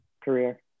career